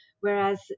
Whereas